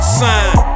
sign